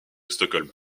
stockholm